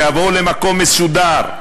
שיבואו למקום מסודר,